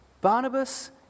Barnabas